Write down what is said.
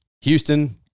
Houston